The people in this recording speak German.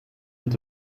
und